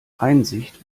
einsicht